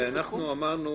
ואנחנו אמרנו